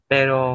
Pero